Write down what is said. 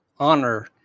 Honor